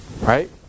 Right